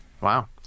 Wow